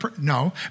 no